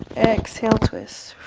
exhale, twist.